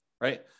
right